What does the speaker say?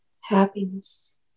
happiness